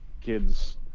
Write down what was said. kids